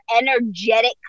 energetic